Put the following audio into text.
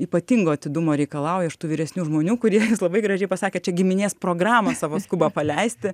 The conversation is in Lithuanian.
ypatingo atidumo reikalauja iš tų vyresnių žmonių kurie labai gražiai pasakė čia giminės programą savo skuba paleisti